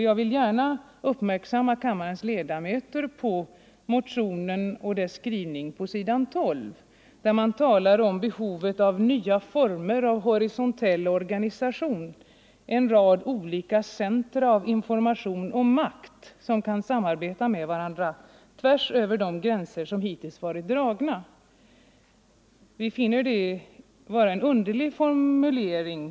Jag vill gärna uppmärksamma kammarens ledamöter på skrivningen på s. 12 i motionen, där man talar om behovet av ”nya former av horisontell organisation — en rad olika centra av information och makt, som kan samarbeta med varandra tvärs över de gränser som hittills varit dragna”. Vi finner det vara en underlig formulering.